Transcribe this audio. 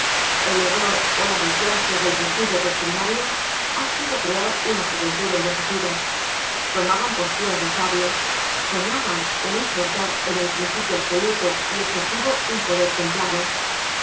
el error ó la desgracia del partido doctrinario ha sido crear una juventud envejecida tomaban posturas de sabios soñaban en ingertar en el principio absoluto y escesivo un poder templado